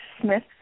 Smith